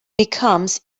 becomes